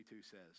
says